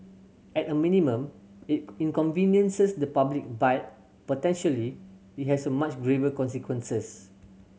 at a minimum it inconveniences the public but potentially it has so much graver consequences